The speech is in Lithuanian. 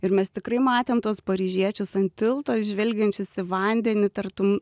ir mes tikrai matėm tuos paryžiečius ant tilto žvelgiančius į vandenį tartum